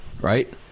right –